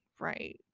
Right